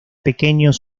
pequeños